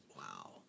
wow